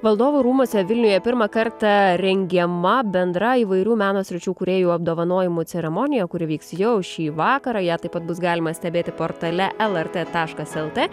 valdovų rūmuose vilniuje pirmą kartą rengiama bendra įvairių meno sričių kūrėjų apdovanojimų ceremonija kuri vyks jau šį vakarą ją taip pat bus galima stebėti portale lrt taškas lt